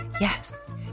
Yes